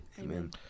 Amen